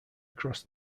across